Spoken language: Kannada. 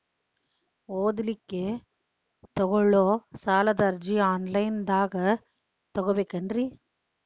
ಓದಲಿಕ್ಕೆ ತಗೊಳ್ಳೋ ಸಾಲದ ಅರ್ಜಿ ಆನ್ಲೈನ್ದಾಗ ತಗೊಬೇಕೇನ್ರಿ?